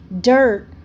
dirt